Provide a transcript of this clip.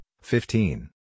fifteen